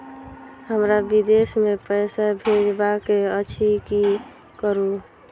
हमरा विदेश मे पैसा भेजबाक अछि की करू?